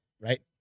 right